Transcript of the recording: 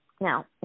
Now